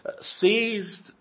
seized